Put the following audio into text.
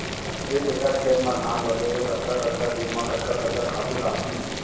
एक एकड़ खेत म धान लगे हे कतका कतका दिन म कतका कतका खातू डालहुँ?